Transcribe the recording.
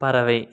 பறவை